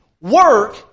work